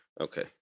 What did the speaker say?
Okay